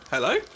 Hello